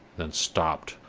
then stopped,